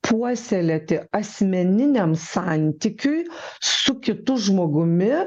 puoselėti asmeniniam santykiui su kitu žmogumi